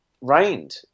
rained